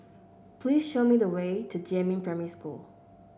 please show me the way to Jiemin Primary School